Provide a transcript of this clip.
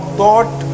thought